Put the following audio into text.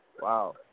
Wow